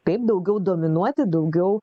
kaip daugiau dominuoti daugiau